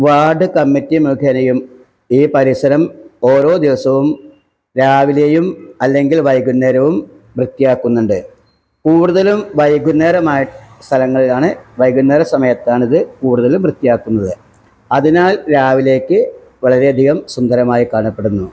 ward committee മുഖേനയും ഈ പരിസരം ഓരോ ദിവസവും രാവിലെയും അല്ലെങ്കിൽ വൈകുന്നേരവും വൃത്തിയാക്കുന്നുണ്ട് കൂടുതലും വൈകുന്നേരം ആയ സ്ഥലങ്ങളിലാണ് വൈകുന്നേര സമയത്താണ് ഇത് കൂടുതലും വൃത്തിയാക്കുന്നത് അതിനാൽ രാവിലേക്ക് വളരെയധികം സുന്ദരമായി കാണപ്പെടുന്നു